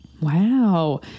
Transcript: Wow